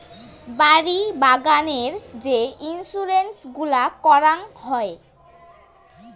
বাড়ি বাগানের যে ইন্সুরেন্স গুলা করাং হই